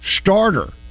starter